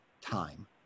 time